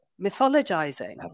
mythologizing